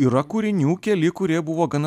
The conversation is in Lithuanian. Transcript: yra kūrinių keli kurie buvo gana